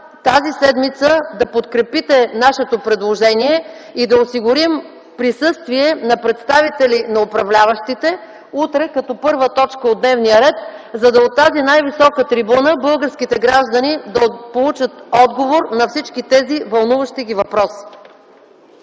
тази седмица да подкрепите нашето предложение и да осигурим присъствие на представители на управляващите утре, като точка първа от дневния ред, и от тази най-висока трибуна българските граждани да получат отговор на всички тези вълнуващи ги въпроси.